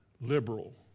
liberal